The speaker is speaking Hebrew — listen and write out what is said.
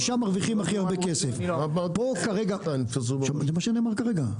כי שם מרוויחים הכי הרבה כסף, זה מה שנאמר כרגע,